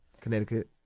connecticut